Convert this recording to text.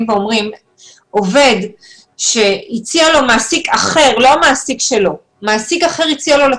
ואומרים שעובד שהציע לו מעסיק אחר לא המעסיק שלו לצאת